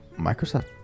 Microsoft